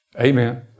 Amen